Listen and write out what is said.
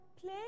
play